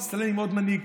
מצטלם עם עוד מנהיג.